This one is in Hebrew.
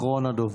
אחרון הדוברים,